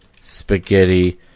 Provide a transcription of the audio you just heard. spaghetti